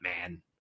man